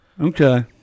Okay